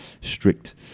strict